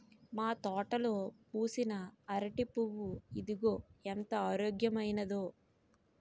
మా తోటలో పూసిన అరిటి పువ్వు ఇదిగో ఎంత ఆరోగ్యమైనదో